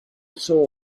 saw